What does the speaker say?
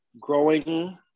growing